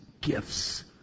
gifts